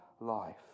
life